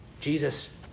Jesus